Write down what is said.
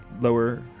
lower